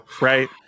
Right